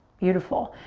beautiful.